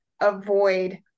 avoid